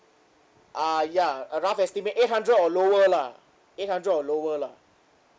uh ya a rough estimate eight hundred or lower lah eight hundred or lower lah